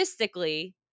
logistically